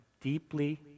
deeply